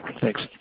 Thanks